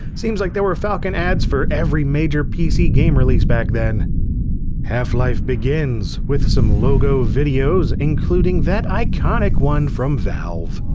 seems like there were falcon ads for every major pc game release back then half-life begins with some logo videos, including that iconic one from valve.